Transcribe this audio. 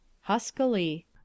Huskily